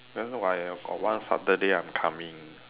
then I got one Saturday I'm coming